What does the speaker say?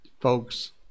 folks